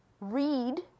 read